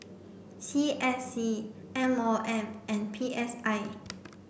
C S C M O M and P S I